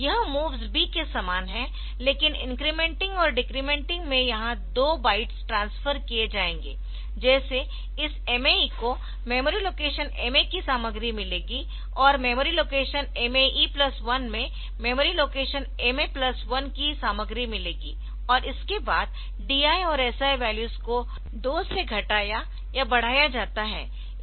यह MOVS B के समान है लेकिन इंक्रेमेंटिंग और डेक्रेमेंटिंग में यहा दो बाइट्स ट्रांसफर किए जाएंगे जैसे इस MAE को मेमोरी लोकेशन MA की सामग्री मिलेगी और मेमोरी लोकेशन MAE1 में मेमोरी लोकेशन MA1 की सामग्री मिलेगी और इसके बाद DI और SI वैल्यूज को 2 से घटाया या बढ़ाया जाता है